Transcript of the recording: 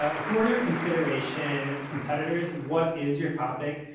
who are your consideration competitors? what is your topic?